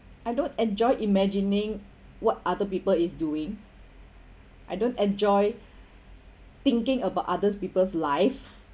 I don't enjoy imagining what other people is doing I don't enjoy thinking about others people's life I I I prefer